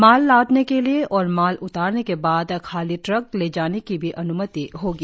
माल लादने के लिए और माल उतारने के बाद खाली ट्रक ले जाने की भी अन्मति होगी